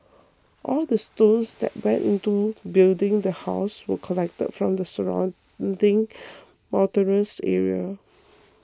all the stones that went into building the house were collected from the surrounding mountainous area